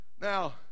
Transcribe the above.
Now